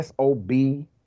SOB